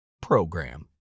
PROGRAM